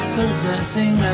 possessing